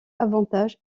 avantages